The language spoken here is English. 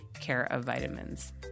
Care-of-Vitamins